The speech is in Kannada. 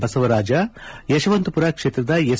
ಬಸವರಾಜ ಯಶವಂತಪುರ ಕ್ಷೇತ್ರದ ಎಸ್